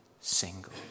single